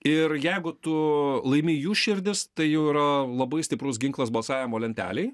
ir jeigu tu laimi jų širdis tai jau yra labai stiprus ginklas balsavimo lentelėj